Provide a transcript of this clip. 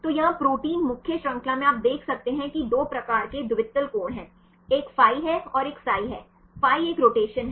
तो यहां प्रोटीन मुख्य श्रृंखला में आप देख सकते हैं कि 2 प्रकार के द्वितल कोण हैं एक phi और एक psi है phi एक रोटेशन है